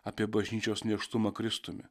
apie bažnyčios nėštumą kristumi